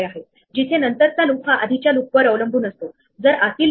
त्यातील काही कदाचित आधीच मार्क केलेले असतील